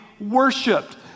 worshipped